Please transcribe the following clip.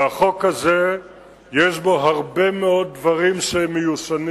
החוק הזה יש בו הרבה מאוד דברים שהם מיושנים